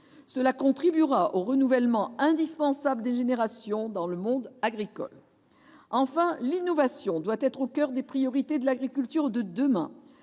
Cela contribuera au renouvellement indispensable des générations dans le monde agricole. Enfin, l'innovation doit être au coeur des priorités de l'agriculture de demain.